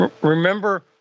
Remember